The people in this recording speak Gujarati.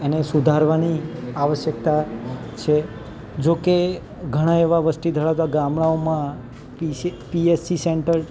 એને સુધારવાની આવશ્યકતા છે જો કે ઘણા એવા વસ્તી ધરાવતા ગામડાંઓમાં પીએસસી સેન્ટર